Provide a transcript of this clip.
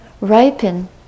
ripen